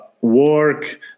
work